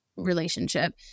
relationship